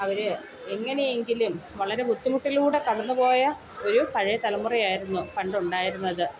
അവർ എങ്ങനെയെങ്കിലും വളരെ ബുദ്ധിമുട്ടിലൂടെ കടന്ന്പോയ ഒരു പഴയ തലമുറയായിരുന്നു പണ്ടുണ്ടായിരുന്നത്